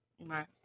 right